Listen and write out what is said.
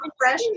fresh